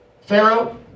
Pharaoh